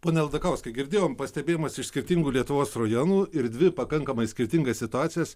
pone aldakauskai girdėjom pastebėjimus iš skirtingų lietuvos rajonų ir dvi pakankamai skirtingas situacijas